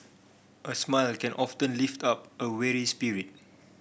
a smile can often lift up a weary spirit